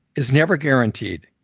is never guaranteed.